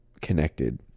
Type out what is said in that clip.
connected